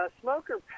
smoker